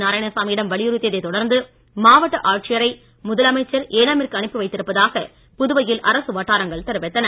நாராயணசாமியிடம் வலியுறுத்தியதை தொடர்ந்து மாவட்ட ஆட்சியரை முதலமைச்சர் ஏனாமிற்கு அனுப்பி வைத்திருப்பதாக புதுவையில் அரசு வட்டாரங்கள் தெரிவித்தன